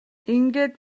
ингээд